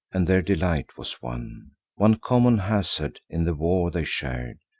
and their delight was one one common hazard in the war they shar'd,